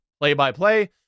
play-by-play